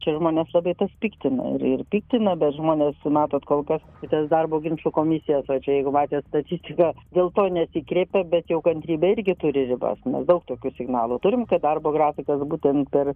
čia žmones labai tas piktina ir ir piktina bet žmonės matot kol kas į tas darbo ginčų komisijas va čia jeigu matėt statistiką dėl to nesikreipia bet jau kantrybė irgi turi ribas mes daug tokių signalų turim kad darbo grafikas būtent per